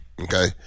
okay